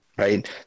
Right